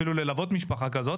אפילו ללוות משפחה כזאת,